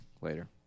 Later